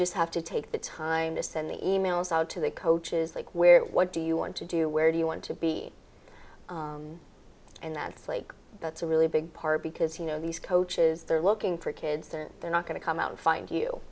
just have to take the time to send the emails out to the coaches like where what do you want to do where do you want to be and that's like that's a really big part because you know these coaches they're looking for kids and they're not going to come out and find you